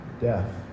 death